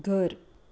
ઘર